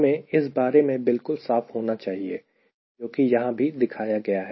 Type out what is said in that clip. हमें इस बारे में बिल्कुल साफ होना चाहिए जोकि यहां भी दिखाया गया है